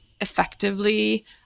effectively